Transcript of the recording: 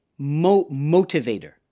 motivator